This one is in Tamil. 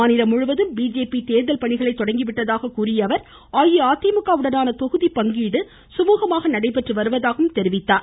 மாநிலம் முழுவதும் பிஜேபி தேர்தல் பணிகளை தொடங்கிவிட்டதாக கூறிய அவர் அஇஅதிமுக உடனான தொகுதிப்பங்கீடு சுமூகமாக நடைபெறுவதாக கூறினார்